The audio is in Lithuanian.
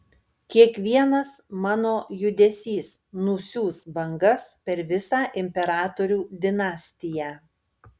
kiekvienas mano judesys nusiųs bangas per visą imperatorių dinastiją